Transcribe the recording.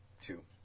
Two